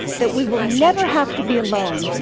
that we will never have to be alone,